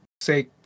say